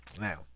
now